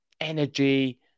energy